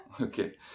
Okay